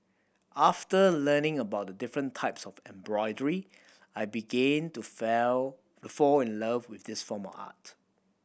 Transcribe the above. after learning about the different types of embroidery I begin to fell fall in love with this form of art